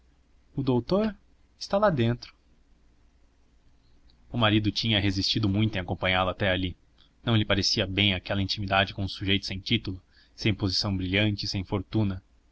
o doutor está lá dentro o marido tinha resistido muito em acompanhá-la até ali não lhe parecia bem aquela intimidade com um sujeito sem título sem posição brilhante e sem fortuna